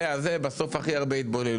וזה וזה בסוף יש הכי הרבה התבוללות,